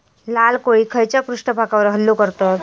लाल कोळी खैच्या पृष्ठभागावर हल्लो करतत?